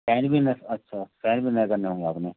fan भी हैं अच्छा फ़ैन भी नए करने होंगे आपने